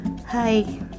hi